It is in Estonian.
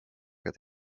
aga